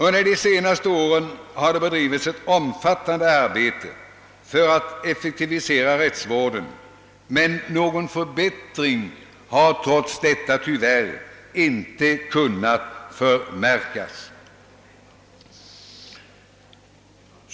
Under de senaste åren har det bedrivits ett omfattande arbete för att effektivisera rättsvården, men någon förbättring har trots detta tyvärr inte kunnat förmärkas.